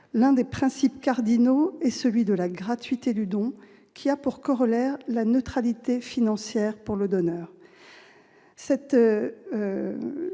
L'un des principes cardinaux est celui de la gratuité du don, qui a pour corollaire la neutralité financière pour le donneur.